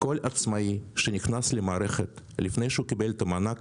כל עצמאי שנכנס למערכת לפני שהוא קיבל את המענק,